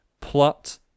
plot